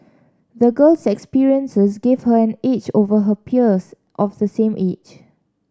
the girl's experiences gave her an edge over her peers of the same age